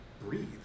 breathe